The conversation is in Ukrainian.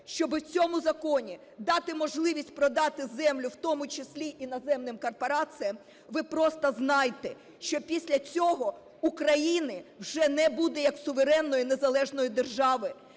щоби в цьому законі дати можливість продати землю в тому числі і іноземним корпораціям, ви просто знайте, що після цього України вже не буде як суверенної незалежної держави,